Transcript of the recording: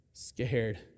scared